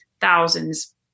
thousands